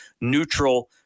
neutral